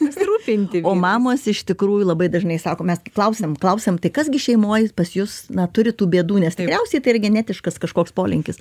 pasirūpinti o mamos iš tikrųjų labai dažnai sako mes klausiam klausiam tai kas gi šeimoj pas jus na turi tų bėdų nes tikriausiai tai yra genetiškas kažkoks polinkis